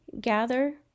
gather